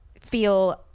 feel